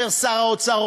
אומר שר האוצר,